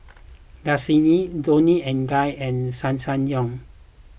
Dasani Toni and Guy and Ssangyong